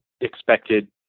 expected